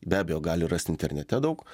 be abejo gali rast internete daug